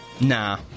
Nah